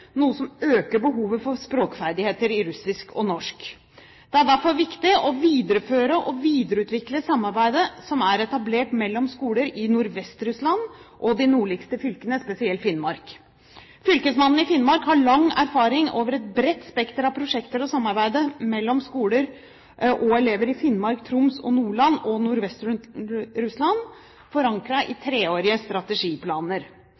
noe som øker behovet for språkferdigheter i russisk og i norsk. Det er derfor viktig å videreføre og videreutvikle samarbeidet som er etablert mellom skoler i Nordvest-Russland og skoler i de nordligste fylkene, spesielt Finnmark. Fylkesmannen i Finnmark har lang erfaring med et bredt spekter av prosjekter og samarbeid mellom skoler og elever i Finnmark, Troms, Nordland og Nordvest-Russland, forankret i